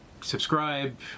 subscribe